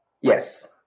Yes